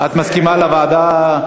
את מסכימה לוועדה?